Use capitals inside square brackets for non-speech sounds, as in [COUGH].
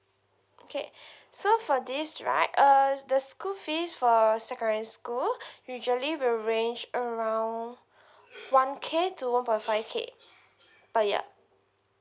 okay [BREATH] so for this right uh the school fees for secondary school [BREATH] usually will range around one k to one point five k per year